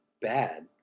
bad